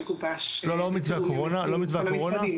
שגובש --- לא מתווה הקורונה,